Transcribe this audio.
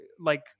like-